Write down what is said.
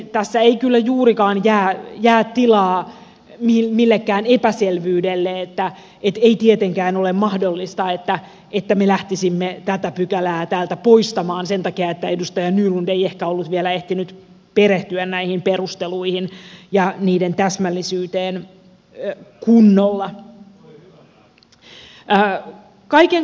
tässä ei kyllä nähdäkseni juurikaan jää tilaa millekään epäselvyydelle niin että ei tietenkään ole mahdollista että me lähtisimme tätä pykälää täältä poistamaan sen takia että edustaja nylund ei ehkä ollut vielä ehtinyt perehtyä näihin perusteluihin ja niiden täsmällisyyteen kunnolla